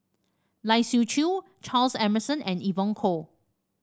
Lai Siu Chiu Charles Emmerson and Evon Kow